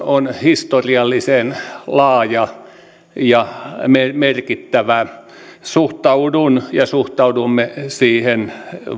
on historiallisen laaja ja merkittävä suhtaudun ja suhtaudumme siihen